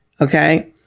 okay